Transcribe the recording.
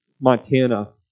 Montana